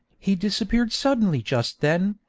he disappeared suddenly just then,